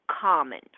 common